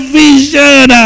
vision